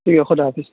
ٹھیک ہے خدا حافظ